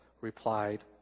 replied